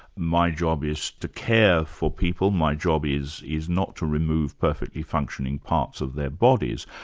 my job is to care for people, my job is is not to remove perfectly functioning parts of their bodies.